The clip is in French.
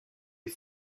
les